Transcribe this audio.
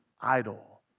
idle